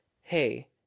hey